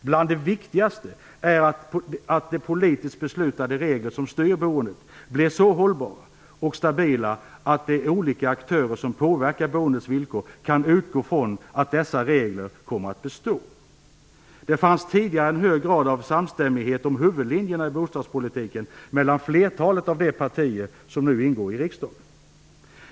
Bland det viktigaste är att de politiskt beslutade regler som styr boendet blir så hållbara och stabila att de olika aktörer som påverkar boendets villkor kan utgå från att dessa regler kommer att bestå. Det fanns tidigare en hög grad av samstämmighet om huvudlinjerna i bostadspolitiken mellan flertalet av de partier som nu ingår i riksdagen.